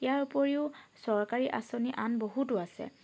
ইয়াৰ উপৰিও চৰকাৰী আঁচনি আন বহুতো আছে